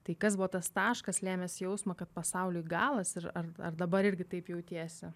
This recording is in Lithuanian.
tai kas buvo tas taškas lėmęs jausmą kad pasauliui galas ir ar ar dabar irgi taip jautiesi